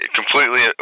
completely